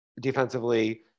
defensively